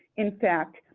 in fact,